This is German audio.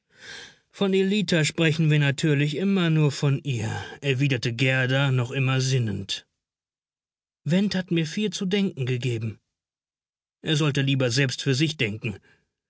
von ellita sprechen wir natürlich immer von ihr erwiderte gerda noch immer sinnend went hat mir viel zu denken gegeben er sollte lieber selbst für sich denken